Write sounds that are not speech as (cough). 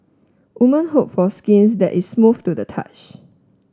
woman hope for skins that is (unintelligible) to the touch